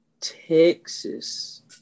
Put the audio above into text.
Texas